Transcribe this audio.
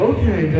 Okay